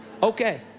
Okay